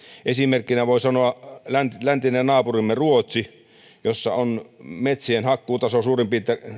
esimerkkinä voi sanoa läntisen läntisen naapurimme ruotsin jossa on metsien hakkuutaso suurin piirtein